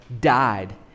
died